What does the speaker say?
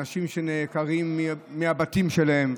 אנשים שנעקרים מהבתים שלהם,